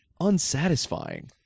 unsatisfying